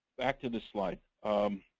back to this slide.